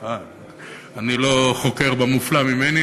אני לא חוקר במופלא ממני,